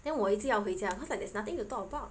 then 我一值要回家 cause like there's nothing to talk about